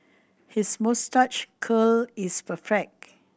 his moustache curl is perfect